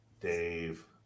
Dave